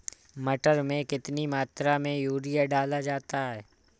मटर में कितनी मात्रा में यूरिया डाला जाता है?